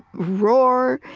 roar,